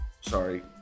Sorry